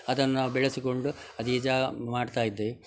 ಅದನ್ನು ನಾವು ಬೆಳೆಸಿಕೊಂಡು ಅದೇ ಜಾ ಮಾಡ್ತಾ ಇದ್ದೇವೆ